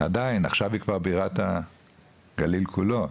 ועכשיו היא כבר בירת הגליל כולו,